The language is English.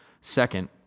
second